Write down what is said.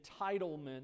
entitlement